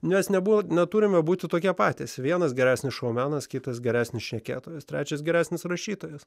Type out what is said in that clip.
nes nebuvo neturime būti tokie patys vienas geresnis šoumenas kitas geresnis šnekėtojas trečias geresnis rašytojas